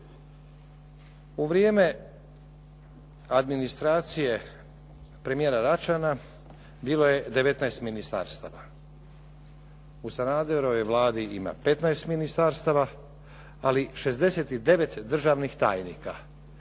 U vrijeme administracije premijera Račana bilo je 19 ministarstava, u Sanaderovoj Vladi ima 15 ministarstava ali 69 državnih tajnika.